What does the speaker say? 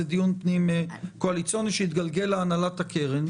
זה דיון פנים קואליציוני שיתגלגל להנהלת הקרן.